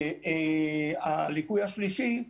הליקוי השלישי,